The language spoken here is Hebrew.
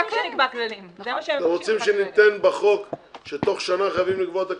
אתם רוצים שניתן בחוק שתוך שנה חייבים לקבוע את הכללים?